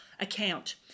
Account